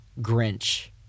grinch